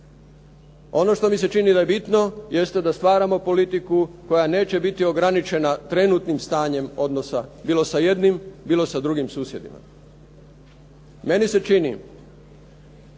Ono što mi se čini da je bitno jeste da stvaramo politiku koja neće biti ograničena trenutnim stanjem odnosa bilo sa jednim, bilo sa drugim susjedima. Meni se čini